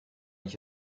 ich